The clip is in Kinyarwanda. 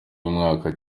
w’umwaka